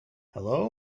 hello